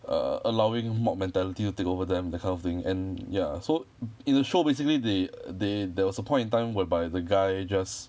err allowing mob mentality to take over them that kind of thing and ya so in the show basically they they there was a point in time whereby the guy just